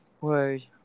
Word